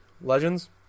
Legends